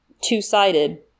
two-sided